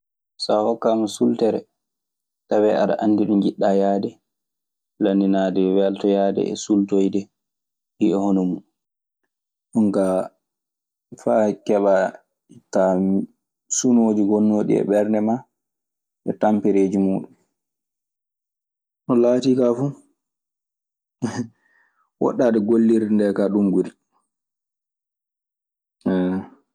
kurtinooji, hoɓe fuu ana njogii adadu ko ndokkata. so wanaa tawee aɗa anndi ko yimɓe ñaamata. Aɗa anndi ko ɓe njarata adadu muuɗum, yimɓe warooɓe eko kaanɗaa hokkude sakiraaɓe maa. Ɗun kaa faa keɓaa ittaa sunooji gonnooɗi e ɓernde maa e tampereeji muuɗun. No laatii kaa fu, woɗɗaade gollirde ndee kaa ɗun ɓuri.